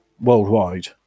worldwide